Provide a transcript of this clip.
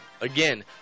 Again